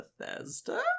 Bethesda